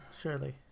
surely